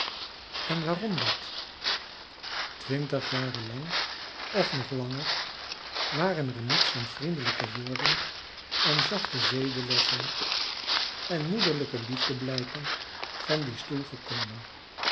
en waarom dat twintig jaren lang of nog langer waren er niets dan vriendelijke woorden en zachte zedenlessen en moederlijke liefdeblijken van dien stoel